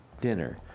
dinner